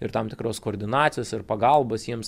ir tam tikros koordinacijos ir pagalbos jiems